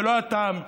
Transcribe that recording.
ולא התם,